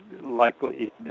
likely